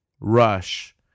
Rush